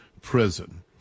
prison